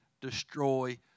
destroy